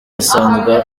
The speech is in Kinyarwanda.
asanzwe